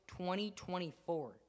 2024